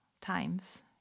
times